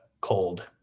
cold